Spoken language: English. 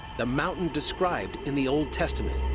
the mountain described in the old testament.